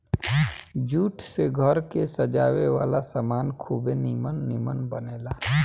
jute से घर के सजावे वाला सामान खुबे निमन निमन बनेला